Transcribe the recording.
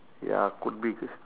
ya could be c~